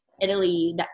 Italy